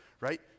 Right